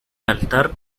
altar